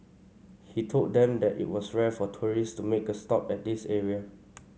he told them that it was rare for tourists to make a stop at this area